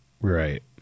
Right